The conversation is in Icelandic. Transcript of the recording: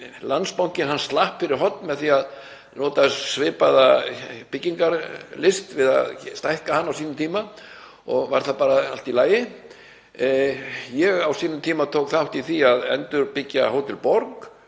Landsbankinn slapp fyrir horn með því að nota svipaða byggingarlist við að stækka sitt hús á sínum tíma og var það bara allt í lagi. Ég tók á sínum tíma þátt í því að endurbyggja Hótel Borg.